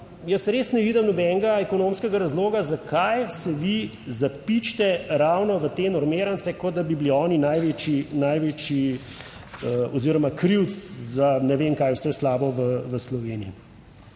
jaz res ne vidim nobenega ekonomskega razloga, zakaj se vi zapičite ravno v te normirance, kot da bi bili oni največji krivec za ne vem kaj, vse slabo v Sloveniji.